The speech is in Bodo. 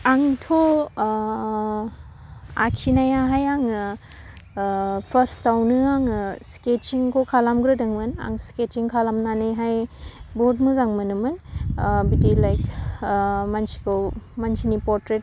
आंथ' ओह आखिनायाहाय आङो ओह फार्स्टआवनो आङो सिकेटसिंखौ खालामग्रोदोंमोन आं स्केटसिं खालामनानैहाय बुहुत मोजां मोनोमोन ओह बिदि लाइक ओह मानसिखौ मानसिनि परट्रेट